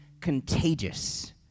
contagious